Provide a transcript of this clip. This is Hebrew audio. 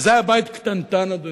וזה היה בית קטנטן, אדוני,